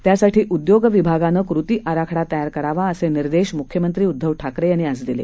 त्यासाठी उद्योग विभागानं कृती आराखडा तयार करावा असं निर्देश मुख्यमंत्री उद्धव ठाकरे यांनी दिले